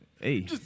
Hey